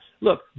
Look